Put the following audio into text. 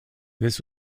this